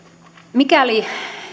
mikäli